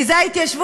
כי זאת ההתיישבות,